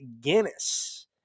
Guinness